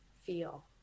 feel